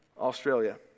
Australia